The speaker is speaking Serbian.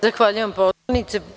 Zahvaljujem poslanice.